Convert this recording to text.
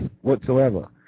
whatsoever